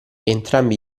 entrambi